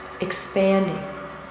expanding